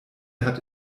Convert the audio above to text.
hat